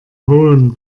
hohem